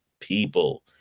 people